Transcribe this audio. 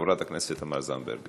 חברת הכנסת תמר זנדברג.